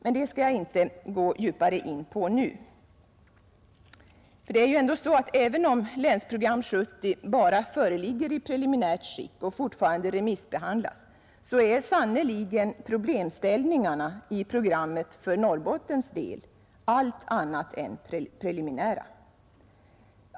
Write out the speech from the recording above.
Men det skall jag inte gå djupare in på nu. Även om Länsprogram 1970 bara föreligger i preliminärt skick och fortfarande remissbehandlas, så är sannerligen problemställningarna i programmet för Norrbottens del allt annat än preliminära.